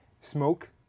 smoke